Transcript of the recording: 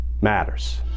matters